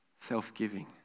self-giving